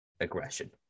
aggression